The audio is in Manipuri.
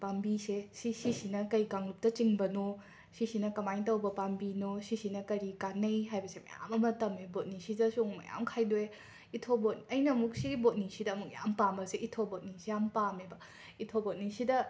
ꯄꯥꯝꯕꯤꯁꯦ ꯁꯤ ꯁꯤꯁꯤꯅ ꯀꯩ ꯀꯥꯡꯂꯨꯞꯇ ꯆꯤꯡꯕꯅꯣ ꯁꯤꯁꯤꯅ ꯀꯃꯥꯏꯅ ꯇꯧꯕ ꯄꯥꯝꯕꯤꯅꯣ ꯁꯤꯁꯤꯅ ꯀꯔꯤ ꯀꯥꯟꯅꯩ ꯍꯥꯏꯕꯁꯦ ꯃꯌꯥꯝ ꯑꯃ ꯇꯝꯃꯦ ꯕꯣꯠꯅꯤꯁꯤꯗꯁꯨ ꯑꯃꯨꯛ ꯃꯌꯥꯝ ꯈꯥꯏꯗꯣꯛꯑꯦ ꯏꯊꯣꯕꯣ ꯑꯩꯅ ꯑꯃꯨꯛ ꯁꯤ ꯕꯣꯠꯅꯤꯁꯤꯗ ꯑꯃꯨꯛ ꯌꯥꯝꯅ ꯄꯥꯝꯕꯁꯦ ꯏꯊꯣꯕꯣꯠꯅꯤꯁꯦ ꯌꯥꯝꯅ ꯄꯥꯝꯃꯦꯕ ꯏꯊꯣꯕꯣꯠꯅꯤꯁꯤꯗ